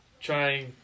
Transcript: trying